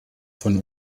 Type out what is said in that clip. von